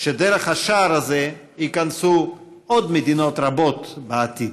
שדרך השער הזה ייכנסו עוד מדינות רבות בעתיד.